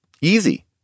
easy